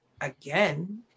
again